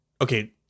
Okay